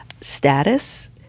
status